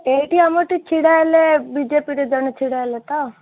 ଏଇଠି ଆମ ଠି ଛିଡ଼ା ହେଲେ ବିଜେପିର ଜଣେ ଛିଡ଼ା ହେଲେ ତ